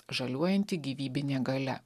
žaliuojanti gyvybinė galia